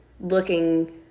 looking